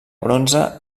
bronze